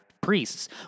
priests